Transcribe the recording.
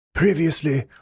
Previously